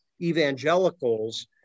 evangelicals